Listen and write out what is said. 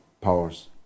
Powers